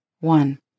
One